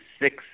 six